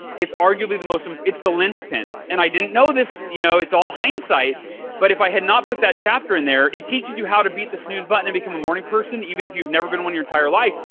it's arguably the most and it's the linchpin and i didn't know this. you know it's all hindsight but if i had not put that chapter in there, it teaches you how to beat the snooze button and become a morning person even if you've never been one your entire life.